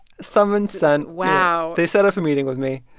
summoned, sent wow they set up a meeting with me.